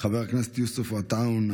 חברת הכנסת יוסף עטאונה,